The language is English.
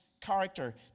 character